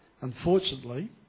Unfortunately